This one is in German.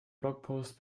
blogpost